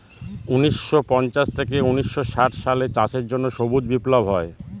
উনিশশো পঞ্চাশ থেকে উনিশশো ষাট সালে চাষের জন্য সবুজ বিপ্লব হয়